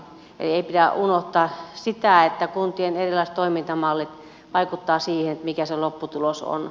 ei pidä unohtaa sitä että kuntien erilaiset toimintamallit vaikuttavat siihen mikä se lopputulos on